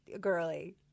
girly